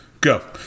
Go